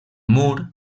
mur